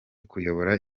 kuyobora